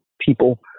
people